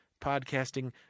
podcasting